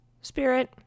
spirit